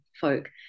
folk